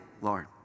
Lord